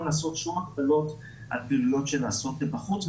לעשות שום הגבלות על פעילויות שנעשות בחוץ.